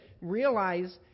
realize